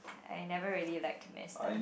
I never really liked mass dance